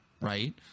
right